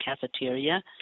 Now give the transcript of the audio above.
cafeteria